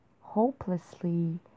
hopelessly